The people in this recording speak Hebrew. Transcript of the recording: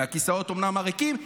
אומנם מהכיסאות הריקים,